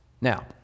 Now